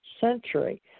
century